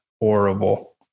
horrible